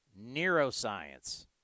Neuroscience